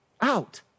out